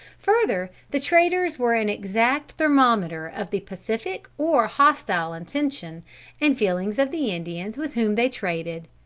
further the traders were an exact thermometer of the pacific or hostile intention and feelings of the indians with whom they traded.